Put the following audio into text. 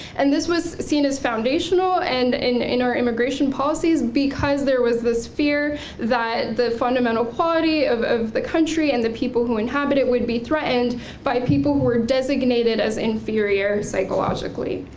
and this was seen as foundational and in in immigration policies because there was this fear that the fundamental quality of of the country and the people who inhabit it would be threatened by people who were designated as inferior psychologically.